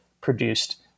produced